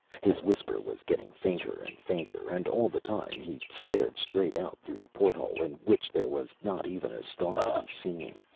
his whisper was getting fainter and fainter, and all the time he stared straight out through the porthole, in which there was not even a star to be seen.